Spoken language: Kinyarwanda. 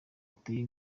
uteye